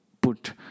put